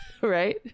Right